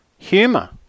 Humour